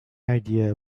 idea